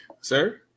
sir